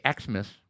Xmas